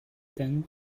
then